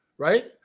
Right